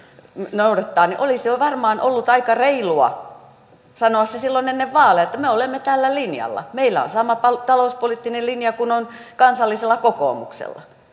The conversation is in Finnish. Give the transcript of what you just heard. noudattaa niin olisi varmaan ollut aika reilua sanoa se jo silloin ennen vaaleja että me olemme tällä linjalla meillä on sama talouspoliittinen linja kuin on kansallisella kokoomuksella